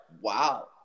wow